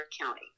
County